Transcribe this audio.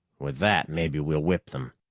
with that, maybe we'll whip them.